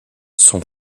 son